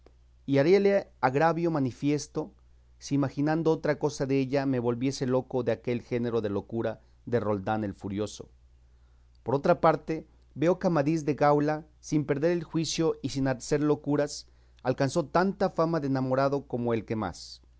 y haríale agravio manifiesto si imaginando otra cosa della me volviese loco de aquel género de locura de roldán el furioso por otra parte veo que amadís de gaula sin perder el juicio y sin hacer locuras alcanzó tanta fama de enamorado como el que más